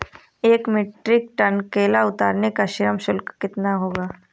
एक metric ton केला उतारने का श्रम शुल्क कितना होगा?